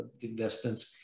investments